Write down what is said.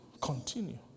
Continue